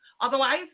Otherwise